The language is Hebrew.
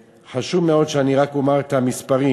חשוב מאוד שאני רק אומר את המספרים: